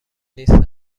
نیستم